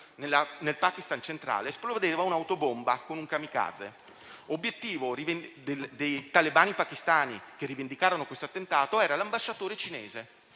nel Pakistan centrale, un'autobomba con un *kamikaze*. L'obiettivo dei talebani pakistani che rivendicarono questo attentato era l'ambasciatore cinese.